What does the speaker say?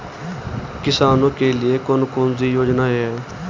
किसानों के लिए कौन कौन सी योजनाएं हैं?